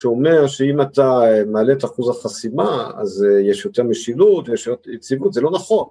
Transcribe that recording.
שאומר שאם אתה מעלה את אחוז החסימה, אז יש יותר משילות, יש יותר יציבות, זה לא נכון.